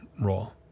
role